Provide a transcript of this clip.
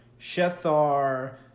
Shethar